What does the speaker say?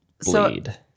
bleed